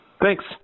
Thanks